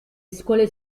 scuole